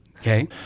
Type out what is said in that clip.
Okay